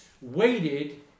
waited